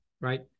right